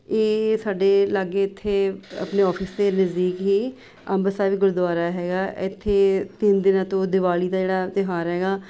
ਇਹ ਸਾਡੇ ਲਾਗੇ ਇੱਥੇ ਆਪਣੇ ਔਫਿਸ ਦੇ ਨਜ਼ਦੀਕ ਹੀ ਅੰਬ ਸਾਹਿਬ ਗੁਰਦੁਆਰਾ ਹੈਗਾ ਇੱਥੇ ਤਿੰਨ ਦਿਨਾਂ ਤੋਂ ਦੀਵਾਲੀ ਦਾ ਜਿਹੜਾ ਤਿਉਹਾਰ ਹੈਗਾ